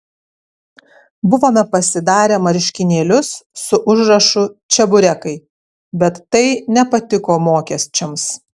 buvome pasidarę marškinėlius su užrašu čeburekai bet tai nepatiko mokesčiams